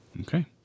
Okay